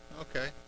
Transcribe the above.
Okay